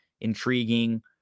intriguing